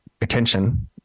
attention